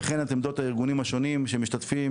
וכן את עמדות הארגונים השונים שמשתתפים